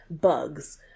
bugs